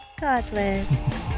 godless